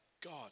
God